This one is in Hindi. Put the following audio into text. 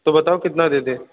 तो बताओ कितना दे दें